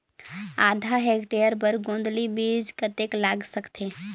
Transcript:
आधा हेक्टेयर बर गोंदली बीच कतेक लाग सकथे?